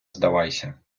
здавайся